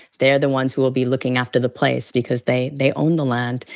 they are the ones who will be looking after the place because they they own the land,